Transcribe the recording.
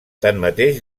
tanmateix